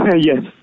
yes